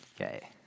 Okay